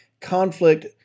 conflict